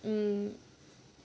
mm